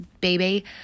baby